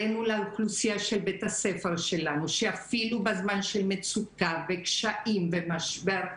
הראינו לאוכלוסייה של בית הספר שלנו שאפילו בזמן של מצוקה וקשיים ומשבר,